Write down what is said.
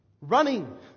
Running